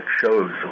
shows